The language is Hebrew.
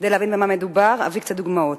כדי להבין במה מדובר אביא קצת דוגמאות.